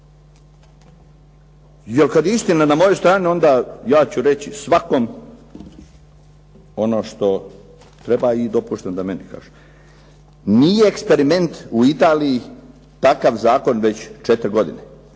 Jel kada je istina na mojoj strani, onda ja ću reći svakom ono što treba i dopuštam da meni kaže. Nije eksperiment u Italiji takav zakon već 4 godine.